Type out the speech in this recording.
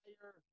higher